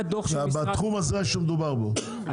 בתחום הזה שמדובר פה.